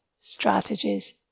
strategies